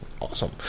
Awesome